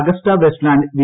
Agusta Westland V